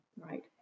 Right